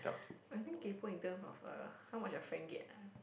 I think kaypo in terms of uh how much your friend get ah